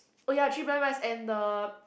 oh ya three blind mice and the